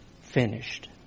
Finished